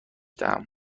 دهم